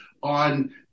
on